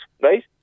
right